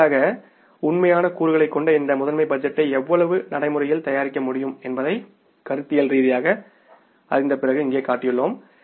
இறுதியாக உண்மையான கூறுகளைக் கொண்ட இந்த முதன்மை பட்ஜெட்டை எவ்வளவு நடைமுறையில் தயாரிக்க முடியும் என்பதை கருத்தியல் ரீதியாக அறிந்த பிறகு இங்கே காட்டியுள்ளோம்